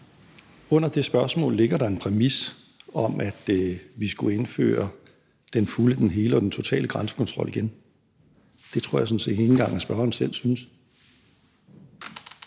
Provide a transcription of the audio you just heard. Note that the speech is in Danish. Under det spørgsmål ligger der en præmis om, at vi skulle indføre den fulde, hele og totale grænsekontrol igen, og det tror jeg sådan set ikke engang spørgeren selv synes